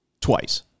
Twice